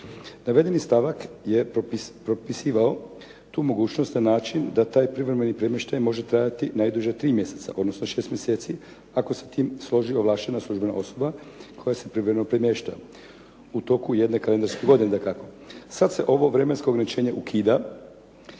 Navedeni stavak je propisivao tu mogućnost na način da taj privremeni premještaj može trajati najduže 3 mjeseca, odnosno 6 mjeseci ako se tim složi ovlaštena službena osoba koja se privremeno premješta u toku jedne kalendarske godine dakako. Sad se ovo vremensko ograničenje ukida